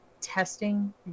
testing